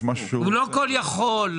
הוא לא כל יכול?